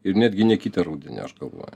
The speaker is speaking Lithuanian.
ir netgi ne kitą rudenį aš galvoju